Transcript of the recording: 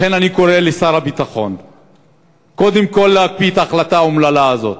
לכן אני קורא לשר הביטחון קודם כול להקפיא את ההחלטה האומללה הזאת,